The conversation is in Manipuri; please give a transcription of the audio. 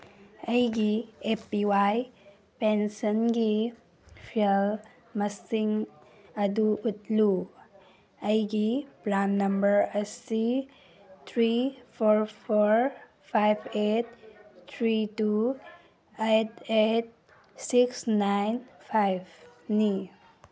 ꯑꯩꯒꯤ ꯑꯦ ꯄꯤ ꯋꯥꯏ ꯄꯦꯟꯁꯟꯒꯤ ꯁꯦꯜ ꯃꯁꯤꯡ ꯑꯗꯨ ꯎꯠꯂꯨ ꯑꯩꯒꯤ ꯄ꯭ꯔꯥꯟ ꯅꯝꯕꯔ ꯑꯁꯤ three four four five eight three two eight eight six nine ꯐꯥꯏꯚꯅꯤ